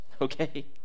Okay